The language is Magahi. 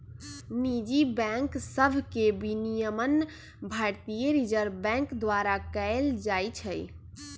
निजी बैंक सभके विनियमन भारतीय रिजर्व बैंक द्वारा कएल जाइ छइ